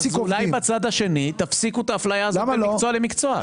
אז אולי בצד השני תפסיקו את האפליה הזאת בין מקצוע למקצוע.